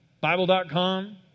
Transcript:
Bible.com